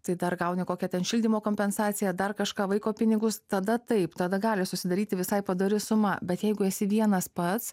tai dar gauni kokią ten šildymo kompensaciją dar kažką vaiko pinigus tada taip tada gali susidaryti visai padori suma bet jeigu esi vienas pats